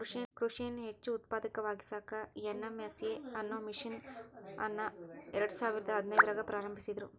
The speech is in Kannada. ಕೃಷಿಯನ್ನ ಹೆಚ್ಚ ಉತ್ಪಾದಕವಾಗಿಸಾಕ ಎನ್.ಎಂ.ಎಸ್.ಎ ಅನ್ನೋ ಮಿಷನ್ ಅನ್ನ ಎರ್ಡಸಾವಿರದ ಹದಿನೈದ್ರಾಗ ಪ್ರಾರಂಭಿಸಿದ್ರು